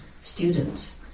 students